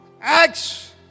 acts